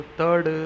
third